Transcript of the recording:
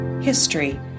history